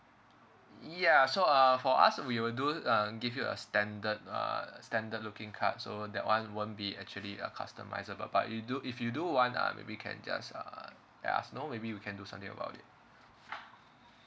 ya so uh for us we will do uh give you a standard uh standard looking card so that one won't be actually a customizable but you do if you do want uh maybe can just err let us know maybe we can do something about it